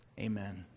Amen